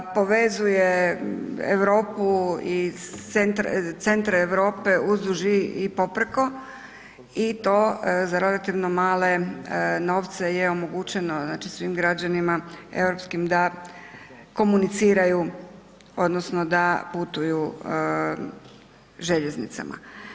Povezuje Europu i centre Europe uzduž i poprijeko i to za relativno male novce je omogućeno znači svim građanima europskim da komuniciraju odnosno da putuju željeznicama.